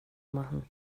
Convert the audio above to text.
machen